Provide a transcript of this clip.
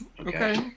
Okay